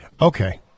Okay